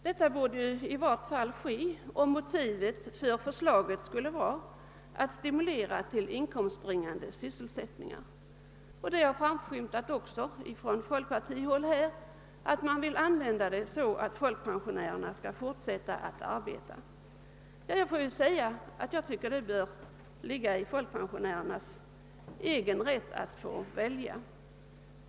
Detta borde i varje fall ske, om motivet för förslaget skall vara att stimulera till inkomstbringande sysselsättningar. Även från folkpartihåll har ju framskymtat att syftet är att folkpensionärerna skall kunna fortsätta att arbeta. Enligt min mening bör det vara folkpensionärernas egen rättighet att få välja.